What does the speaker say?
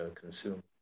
consume